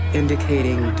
indicating